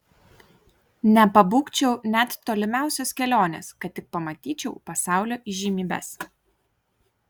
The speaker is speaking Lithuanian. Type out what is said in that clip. nepabūgčiau net tolimiausios kelionės kad tik pamatyčiau pasaulio įžymybes